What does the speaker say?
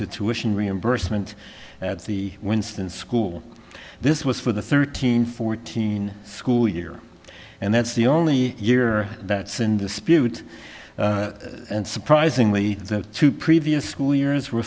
to tuition reimbursement at the winston school this was for the thirteen fourteen school year and that's the only year that's in the spirit and surprisingly the two previous school years were